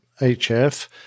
hf